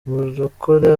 murokore